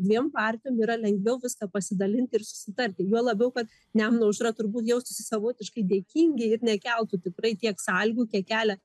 dviem partijom yra lengviau viską pasidalint ir susitarti juo labiau kad nemuno aušra turbūt jaustųsi savotiškai dėkingi ir nekeltų tikrai tiek sąlygų kiek kelia